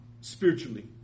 spiritually